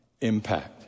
impact